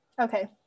Okay